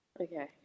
Okay